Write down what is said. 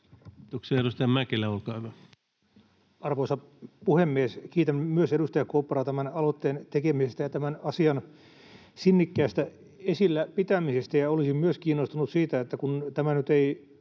Kiitoksia. — Edustaja Mäkelä, olkaa hyvä. Arvoisa puhemies! Kiitän myös edustaja Kopraa tämän aloitteen tekemisestä ja tämän asian sinnikkäästä esillä pitämisestä. Olisin myös kiinnostunut siitä, että kun tämä nyt ei